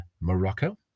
Morocco